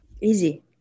Easy